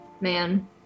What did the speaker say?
man